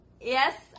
Yes